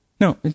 No